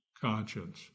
conscience